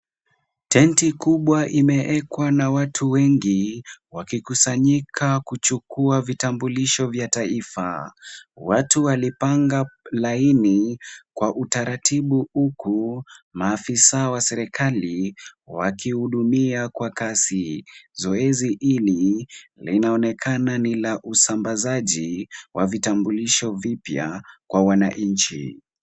Tenti kubwa imeekwa na watu wengi wakikusanyika kuchukua vitambulisho vya taifa. Watu walipanga laini kwa utaratibu huku maafisa wa serikali wakihudimia kwa kasi. Zoezi ili linaonekana ni la usambazaji wa vitambulisho vipya kwa wananchi.